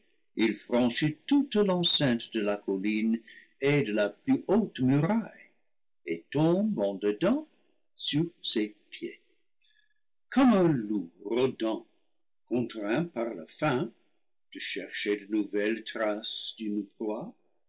franchit toute l'enceinte de la colline et de la plus haute muraille et tombe en dedans sur ses pieds comme un loup rôdant contraint par la faim de chercher de nouvelles traces d'une